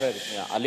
רק רגע, שנייה.